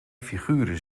figuren